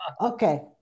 Okay